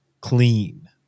clean